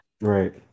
Right